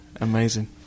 Amazing